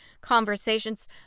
conversations